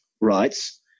rights